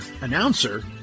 Announcer